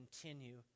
continue